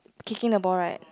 kicking the ball right